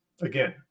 again